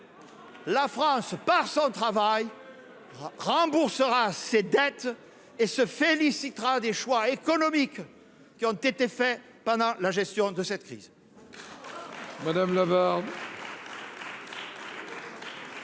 La France, par son travail remboursera ses dettes et se félicitera des choix économiques qui ont été faits pendant la gestion de cette crise.